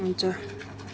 हुन्छ